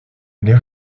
les